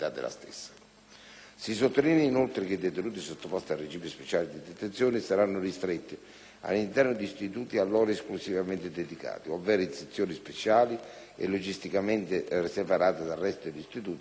Si sottolinea, inoltre, che i detenuti sottoposti al regime speciale di detenzione saranno ristretti all'interno di istituti a loro esclusivamente dedicati, ovvero in sezioni speciali e logisticamente separate dal resto dell'istituto e custoditi